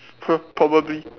!huh! probably